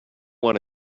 wanta